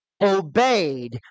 obeyed